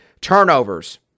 Turnovers